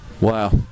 Wow